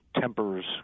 tempers